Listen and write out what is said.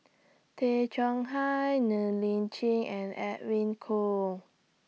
Tay Chong Hai Ng Li Chin and Edwin Koo